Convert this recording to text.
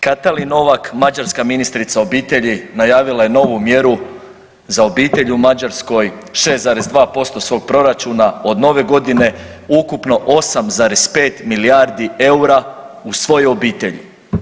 Katali Novak mađarska ministrica obitelji najavila je novu mjeru za obitelj u Mađarskoj 6,2% svog proračuna od nove godine ukupno 8,5 milijardi eura u svoje obitelji.